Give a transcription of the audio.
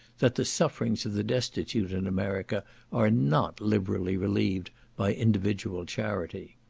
that the sufferings of the destitute in america are not liberally relieved by individual charity.